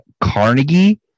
Carnegie